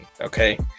okay